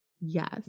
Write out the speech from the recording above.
yes